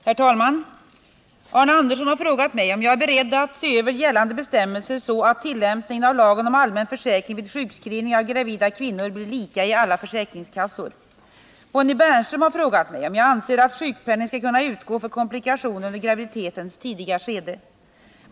Herr talman! Arne Andersson i Falun har frågat mig om jag är beredd att se över gällande bestämmelser så att tillämpningen av lagen om allmän försäkring vid sjukskrivning av gravida kvinnor blir lika i alla försäkringskassor. Bonnie Bernström har frågat mig om jag anser att sjukpenning skall kunna utgå för komplikationer under graviditetens tidiga skede.